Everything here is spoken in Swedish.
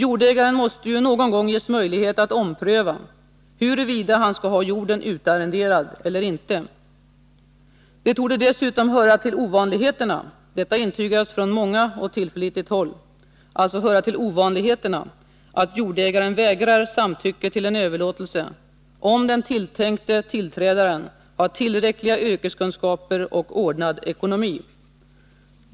Jordägaren måste ju någon gång ges möjlighet att ompröva huruvida han skall ha jorden utarrenderad eller inte. Det torde dessutom höra till ovanligheterna — detta intygas från många och från tillförlitligt håll — att jordägaren vägrar samtycke till en överlåtelse, om den tilltänkte tillträdaren har tillräckliga yrkeskunskaper och ordnad ekonomi.